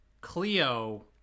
Cleo